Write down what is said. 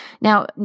Now